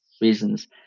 reasons